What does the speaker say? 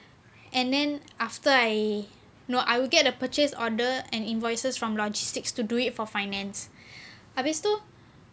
and then after I no I will get a purchase order and invoices from logistics to do it for finance habis tu